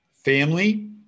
Family